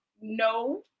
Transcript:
no